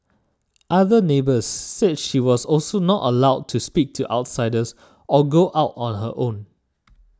other neighbours said she was also not allowed to speak to outsiders or go out on her own